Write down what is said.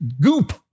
goop